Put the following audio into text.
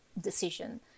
decision